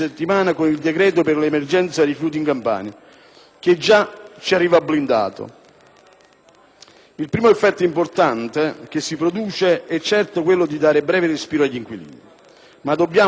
Il primo effetto importante che si produce è certo quello di dare breve respiro agli inquilini. Ma dobbiamo qui constatare come, man mano che i decreti di blocco si rinnovano, la platea dei beneficiari